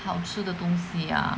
好吃的东西 ah